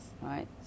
right